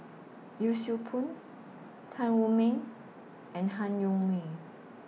Yee Siew Pun Tan Wu Meng and Han Yong May